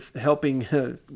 helping